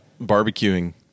barbecuing